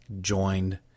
joined